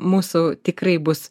mūsų tikrai bus